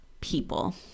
people